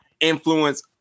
influence